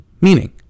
meaning